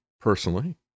personally